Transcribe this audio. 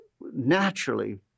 naturally